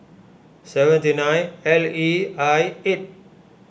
seventy nine L E I eight